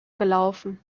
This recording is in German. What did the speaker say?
gelaufen